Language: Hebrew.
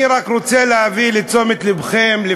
אתה בין המציעים?